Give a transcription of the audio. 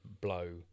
blow